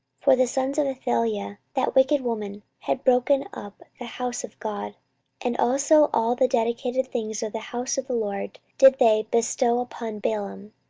for the sons of athaliah, that wicked woman, had broken up the house of god and also all the dedicated things of the house of the lord did they bestow upon baalim.